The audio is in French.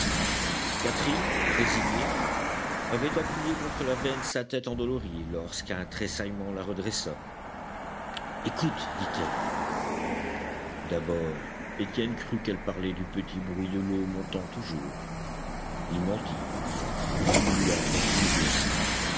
catherine résignée avait appuyé contre la veine sa tête endolorie lorsqu'un tressaillement la redressa écoute dit-elle d'abord étienne crut qu'elle parlait du petit bruit de l'eau montant toujours il mentit il voulut la tranquilliser